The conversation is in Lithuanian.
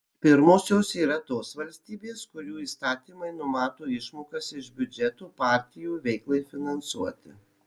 pirmosios yra tos valstybės kurių įstatymai numato išmokas iš biudžeto partijų veiklai finansuoti